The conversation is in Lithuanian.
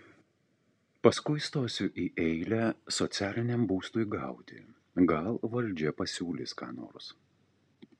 paskui stosiu į eilę socialiniam būstui gauti gal valdžia pasiūlys ką nors